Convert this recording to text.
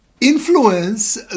influence